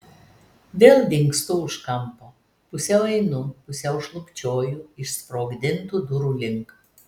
vėl dingstu už kampo pusiau einu pusiau šlubčioju išsprogdintų durų link